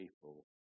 people